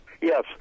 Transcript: Yes